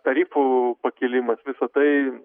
tarifų pakilimas visa tai